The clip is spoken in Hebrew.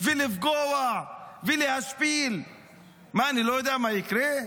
ולפגוע ולהשפיל, מה, אני לא יודע מה יקרה?